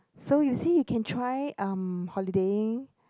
so you see you can try um holidaying